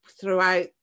throughout